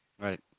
Right